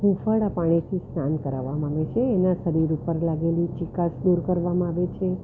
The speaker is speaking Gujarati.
હૂંફાળા પાણીથી સ્નાન કરાવવામાં આવે છે એના શરીર ઉપર લાગેલી ચીકાશ દૂર કરવામાં આવે છે